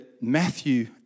Matthew